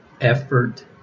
effort